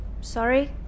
Sorry